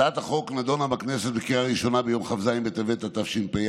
הצעת החוק נדונה בכנסת בקריאה הראשונה ביום כ"ז בטבת התשפ"א,